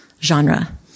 genre